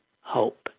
hope